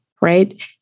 right